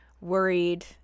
worried